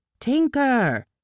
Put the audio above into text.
Tinker